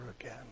again